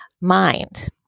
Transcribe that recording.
mind